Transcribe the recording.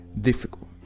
difficult